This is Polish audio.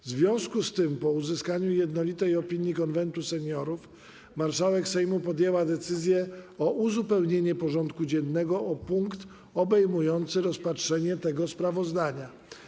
W związku z tym, po uzyskaniu jednolitej opinii Konwentu Seniorów, marszałek Sejmu podjęła decyzję o uzupełnieniu porządku dziennego o punkt obejmujący rozpatrzenie tego sprawozdania.